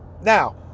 Now